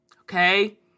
okay